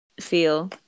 feel